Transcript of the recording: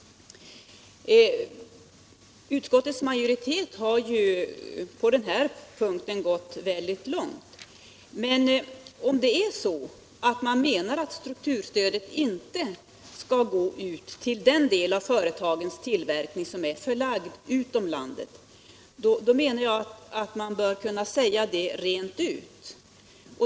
Utskottets majoritet har på den punkten gått mycket långt, men om man menar att strukturstödet inte skall ges till den del av företagets tillverkning som är förlagd utomlands, då anser jag att man bör kunna säga det rent ut.